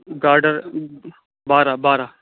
girder بارہ بارہ